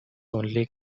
only